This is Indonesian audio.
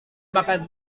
makan